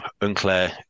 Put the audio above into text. unclear